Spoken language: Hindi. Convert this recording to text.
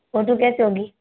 फ़ोटू कैसे होगी